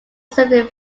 seventy